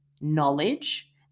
knowledge